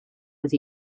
with